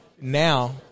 Now